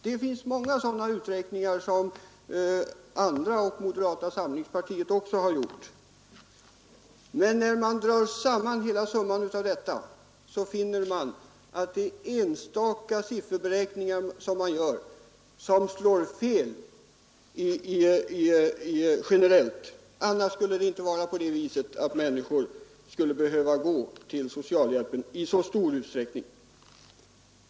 Det finns många sådana utredningar, som moderata samlingspartiet och andra har gjort. Men enstaka sifferberäkningar slår fel om man sedan drar generella slutsatser. Om fru Sundbergs uppgifter vore helt riktiga även som genomsnitt skulle inte människor behöva gå till socialhjälpen i så stor utsträckning som de faktiskt gör.